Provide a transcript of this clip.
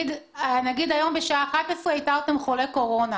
לאנשים שהיו בסביבתו של חולה קורונה